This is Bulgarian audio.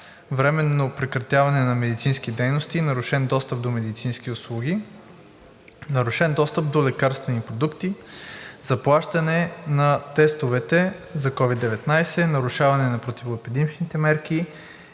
временно прекратяване на медицински дейности и нарушен достъп до медицински услуги; нарушен достъп до лекарствени продукти; заплащане на тестовете за COVID-19; нарушаване на противоепидемичните мерки